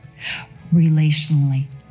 relationally